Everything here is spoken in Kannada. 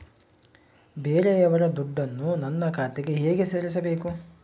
ಬೇರೆಯವರ ದುಡ್ಡನ್ನು ನನ್ನ ಖಾತೆಗೆ ಹೇಗೆ ಸೇರಿಸಬೇಕು?